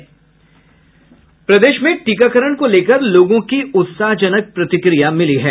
प्रदेश में टीकाकरण को लेकर लोगों की उत्साहजनक प्रतिक्रिया मिली हैं